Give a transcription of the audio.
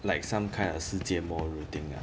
like some kind of 世界末日 thing lah